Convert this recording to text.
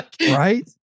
Right